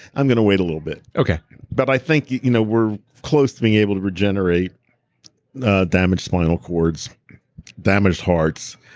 i'm going to wait a little bit okay but i think, you know we're close to being able to regenerate a damaged spinal cords damaged hearts,